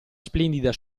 splendida